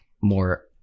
more